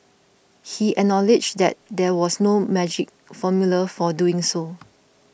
he acknowledged that there was no magic formula for doing so